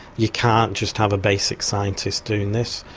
you can't just have a basic scientist doing this,